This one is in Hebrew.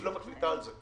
היא לא מחליטה על זה.